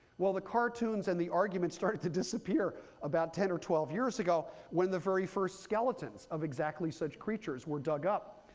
well, the cartoons and the argument started to disappear about ten or twelve years ago when the very first skeletons of exactly such creatures were dug up.